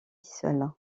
seule